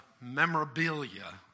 memorabilia